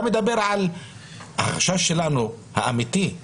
החשש שלנו האמיתי הוא